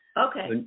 Okay